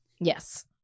Yes